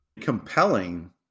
compelling